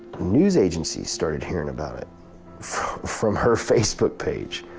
news agencies started hearing about it from her facebook page.